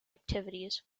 activities